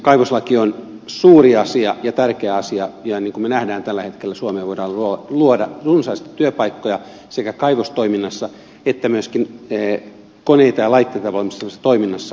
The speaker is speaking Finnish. kaivoslaki on suuri asia ja tärkeä asia ihan niin kuin me näemme tällä hetkellä suomeen voidaan luoda runsaasti työpaikkoja sekä kaivostoiminnassa että myöskin siinä toiminnassa jossa valmistetaan koneita ja laitteita joita käytetään näissä kaivoksissa